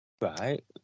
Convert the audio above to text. Right